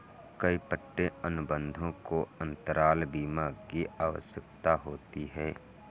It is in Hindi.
कई पट्टे अनुबंधों को अंतराल बीमा की आवश्यकता होती है